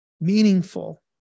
meaningful